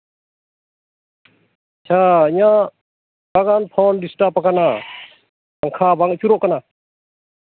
ᱟᱪᱪᱷᱟ ᱤᱧᱟᱹᱜ ᱛᱷᱚᱲᱟ ᱜᱟᱱ ᱯᱷᱮᱱ ᱰᱤᱥᱴᱟᱯᱟᱠᱟᱱᱟ ᱯᱟᱝᱠᱷᱟ ᱵᱟᱝ ᱟᱹᱪᱩᱨᱚᱜ ᱠᱟᱱᱟ